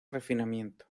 refinamiento